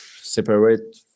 separate